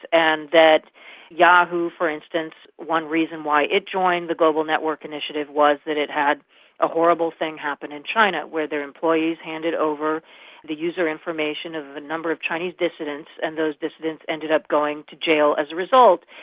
and yahoo, for instance, one reason why it joined the global network initiative was that it had a horrible thing happen in china where their employees handed over the user information of a number of chinese dissidents and those dissidents ended up going to jail as a result.